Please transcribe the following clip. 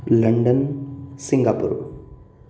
London Singapore